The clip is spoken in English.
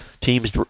teams